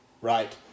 right